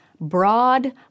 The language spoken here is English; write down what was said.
broad